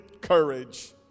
courage